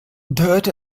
dirt